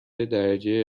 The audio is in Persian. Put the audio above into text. درجه